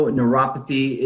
neuropathy